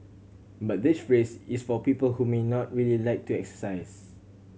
but this race is for people who may not really like to exercise